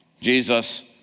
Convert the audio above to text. Jesus